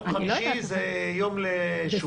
יום חמישי זה יום לשוק.